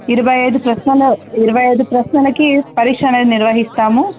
ఇరవై ఐదు ప్రశ్నల ఇరవై ఐదు ప్రశ్నలకి పరీక్ష అనేది నిర్వహిస్తాము